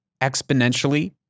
exponentially